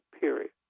period